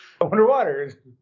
underwater